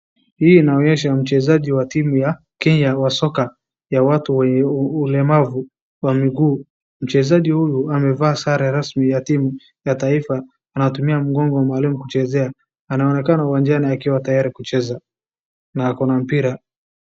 Hii inaonyesha mchezaji wa timu ya Kenya ya mpira wa soka ya watu wenye ulemavu wa miguu, mchezaji huyu amevaa sare rasmi ya timu ya taifa, anatumia mgongo maalumu kuchezea, anaonekana uwanjani akiwa tayari kucheza na ako na mpira.